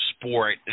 sport